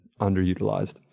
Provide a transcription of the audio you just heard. underutilized